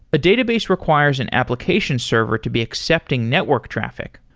ah database requires an application server to be accepting network traffic.